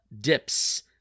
Dips